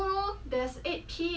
oh is it oh oh oh